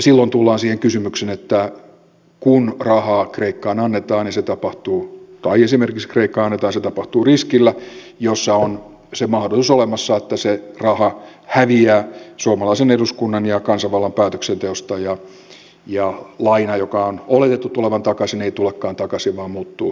silloin tullaan siihen kysymykseen että kun rahaa esimerkiksi kreikkaan annetaan se tapahtuu riskillä jossa on olemassa se mahdollisuus että se raha häviää suomalaisen eduskunnan ja kansanvallan päätöksenteosta ja laina jonka on oletettu tulevan takaisin ei tulekaan takaisin vaan muuttuu avustukseksi